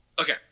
Okay